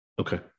Okay